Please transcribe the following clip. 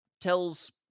tells